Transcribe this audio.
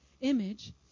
image